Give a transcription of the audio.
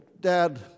dad